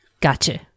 Gotcha